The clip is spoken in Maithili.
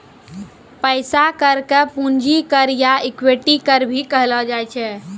पैसा कर के पूंजी कर या इक्विटी कर भी कहलो जाय छै